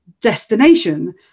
destination